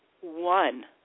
one